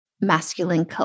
masculine